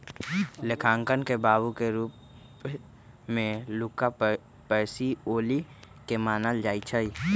लेखांकन के बाबू के रूप में लुका पैसिओली के मानल जाइ छइ